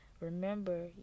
Remember